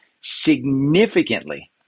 significantly